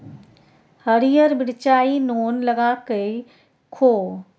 हरियर मिरचाई नोन लगाकए खो